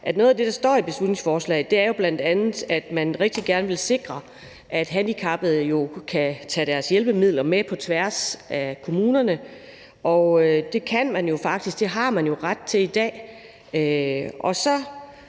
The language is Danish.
noget af det, der står i beslutningsforslaget, jo bl.a. er, at man rigtig gerne vil sikre, at handicappede kan tage deres hjælpemidler med på tværs af kommunerne. Det kan man jo faktisk, det har man ret til i dag.